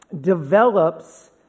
develops